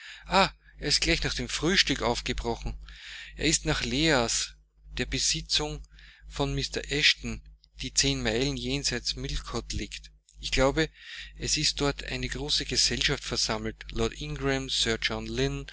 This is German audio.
er ist gleich nach dem frühstück aufgebrochen er ist nach leas der besitzung von mr eshton die zehn meilen jenseit millcote liegt ich glaube es ist dort eine große gesellschaft versammelt